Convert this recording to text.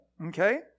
Okay